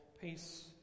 peace